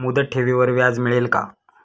मुदत ठेवीवर व्याज मिळेल का?